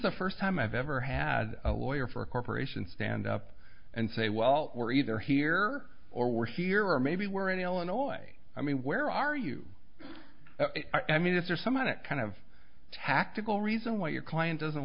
the first time i've ever had a lawyer for a corporation stand up and say well we're either here or we're here or maybe we're in illinois i mean where are you i mean is there someone a kind of tactical reason why your client doesn't